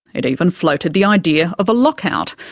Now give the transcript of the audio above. it even floated the idea of a lockout,